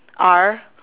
R